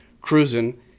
cruising